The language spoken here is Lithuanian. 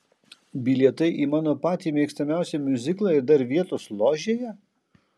bilietai į mano patį mėgstamiausią miuziklą ir dar vietos ložėje